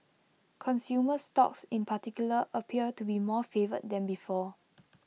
consumer stocks in particular appear to be more favoured than before